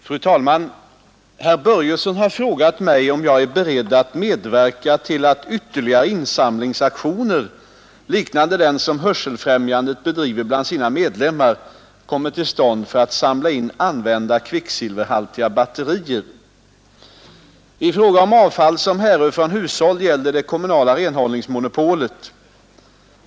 Fru talman! Herr Börjesson i Falköping har frågat mig om jag är beredd att medverka till att ytterligare insamlingsaktioner, liknande den som Hörselfrämjandet bedriver bland sina medlemmar, kommer till stånd för att samla in använda kvicksilverhaltiga batterier. I fråga om avfall om härrör från hushåll gäller det kommunala renhållningsmonopolet.